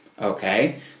Okay